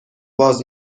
باز